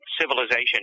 civilization